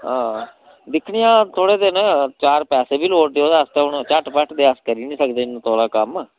हां दिक्खने आं थोह्ड़े दिन चार पैसे बी लोड़दे ओह्दे आस्तै हून झटपट ते अस करी निं सकदे इन्ना तौला कम्म